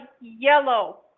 yellow